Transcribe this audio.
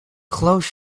close